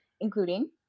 including